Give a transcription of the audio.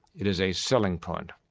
it is a selling point.